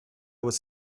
was